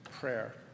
prayer